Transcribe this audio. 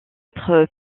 être